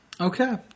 Okay